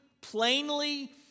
plainly